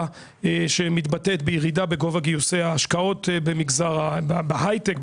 שמתבטאת בירידה בגובה גיוסי ההשקעות במגזר בהייטק,